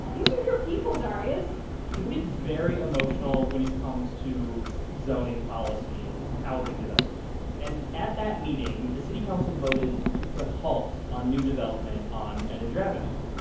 these are your people, darius people get very emotional when it comes to zoning policy and housing development. and at that meeting, the city council voted to put a halt on new development on edinger avenue.